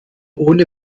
ohne